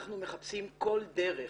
אנחנו מחפשים כל דרך